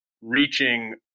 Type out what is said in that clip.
reaching